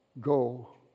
go